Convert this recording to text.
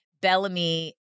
Bellamy